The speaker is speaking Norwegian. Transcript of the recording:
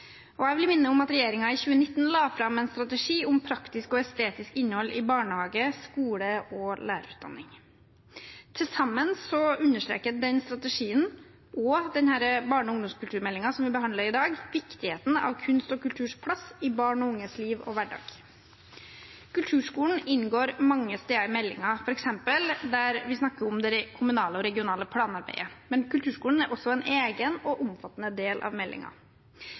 utdanningsløpet. Jeg vil minne om at regjeringen i 2019 la fram en strategi om praktisk og estetisk innhold i barnehage, skole og lærerutdanning. Til sammen understreker den strategien og den barne- og ungdomskulturmeldingen som vi behandler i dag, viktigheten av kunst og kulturs plass i barn og unges liv og hverdag. Kulturskolen inngår mange steder i meldingen, f.eks. der vi snakker om det kommunale og regionale planarbeidet, men kulturskolen er også en egen og omfattende del av